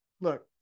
look